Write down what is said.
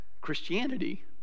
Christianity